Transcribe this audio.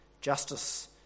justice